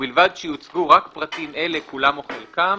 ובלבד שיוצגו רק פרטים אלה כולם או חלקם